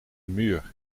muur